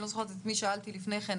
אני לא זוכרת את מי שאלתי לפני כן,